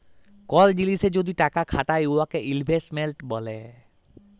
call জিলিসে যদি টাকা খাটায় উয়াকে ইলভেস্টমেল্ট ব্যলে